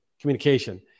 communication